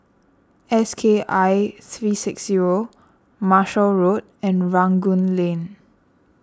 S K I three six zero Marshall Road and Rangoon Lane